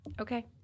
Okay